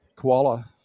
koala